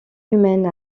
humaine